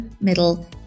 middle